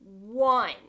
one